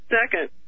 Second